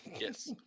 yes